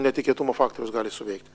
netikėtumo faktorius gali suveikti